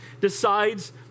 decides